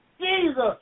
Jesus